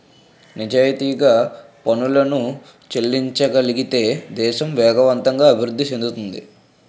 నిజాయితీగా పనులను చెల్లించగలిగితే దేశం వేగవంతంగా అభివృద్ధి చెందుతుంది